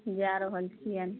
जा रहल छियनि